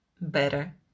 better